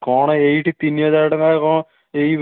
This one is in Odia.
କ'ଣ ଏଇଠି ତିନିହଜାର ଟଙ୍କାରେ କ'ଣ ଏଇ